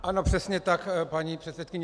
Ano, přesně tak, paní předsedkyně.